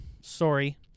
sorry